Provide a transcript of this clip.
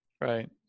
Right